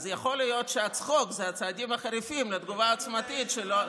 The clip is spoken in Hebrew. אז יכול להיות שהצחוק הוא הצעדים החריפים לתגובה העוצמתית שלא הייתה.